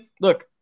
Look